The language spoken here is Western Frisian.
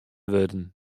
wurden